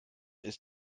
ist